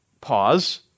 pause